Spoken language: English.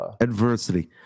Adversity